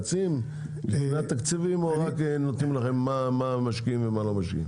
מתייעצים לפני התקציבים או רק אומרים לכם מה משקיעים ומה לא משקיעים?